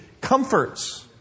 comforts